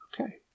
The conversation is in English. Okay